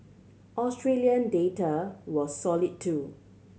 Australian data was solid too